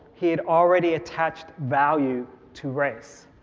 he'd already attached value to race.